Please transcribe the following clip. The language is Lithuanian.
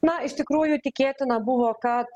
na iš tikrųjų tikėtina buvo kad